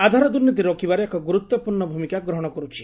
ଆଧାର ଦୁର୍ନୀତି ରୋକିବାରେ ଏକ ଗୁରୁତ୍ୱପୂର୍ଣ୍ଣ ଭୂମିକା ଗ୍ରହଶ କରୁଛି